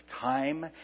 time